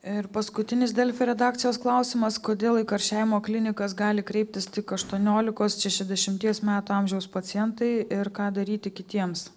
ir paskutinis delfi redakcijos klausimas kodėl į karščiavimo klinikas gali kreiptis tik aštuoniolikos šešiasdešimties metų amžiaus pacientai ir ką daryti kitiems